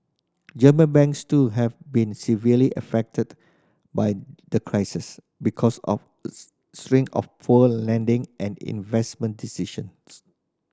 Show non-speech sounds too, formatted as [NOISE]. German banks too have been severely affected by the crisis because of [UNINTELLIGIBLE] string of poor lending and investment decisions